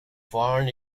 foreign